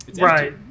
Right